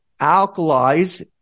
alkalize